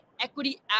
equity